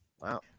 Wow